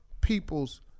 people's